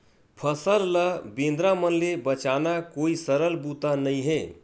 फसल ल बेंदरा मन ले बचाना कोई सरल बूता नइ हे